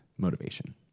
motivation